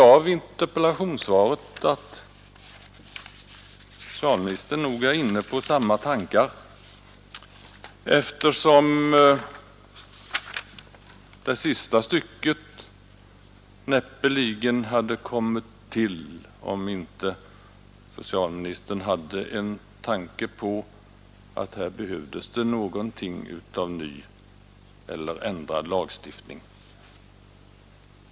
Av interpellationssvaret förstår jag att socialministern tydligen är inne på samma tankar; det sista stycket i interpellationssvaret hade näppeligen kommit till om inte socialministern hade tänkt sig att det här behövs en ny eller ändrad lagstiftning.